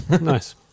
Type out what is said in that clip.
Nice